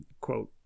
quote